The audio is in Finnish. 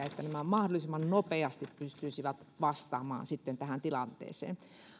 että nämä mahdollisimman nopeasti pystyisivät vastaamaan sitten tähän tilanteeseen